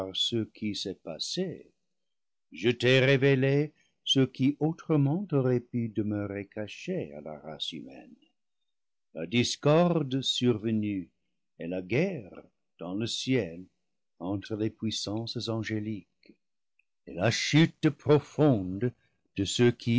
parce qui s'est passé je t'ai révélé ce qui autrement aurait pu demeurer caché à la race humaine la discorde survenue et la guerre dans le ciel entre les puissances angéliques et la chute profonde de ceux qui